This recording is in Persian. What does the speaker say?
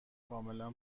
کاملا